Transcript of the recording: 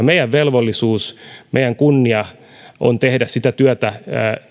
meidän velvollisuutemme meidän kunniamme on tehdä sitä työtä